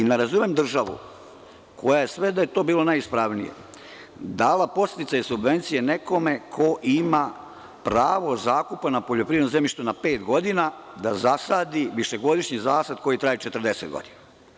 Ne razumem državu koja je, sve da je to bilo najispravnije, dala podsticaj subvencije nekome ko ima pravo zakupa na poljoprivrednom zemljištu na pet godina da zasadi višegodišnji zasad koji traje 40 godina.